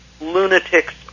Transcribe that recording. lunatics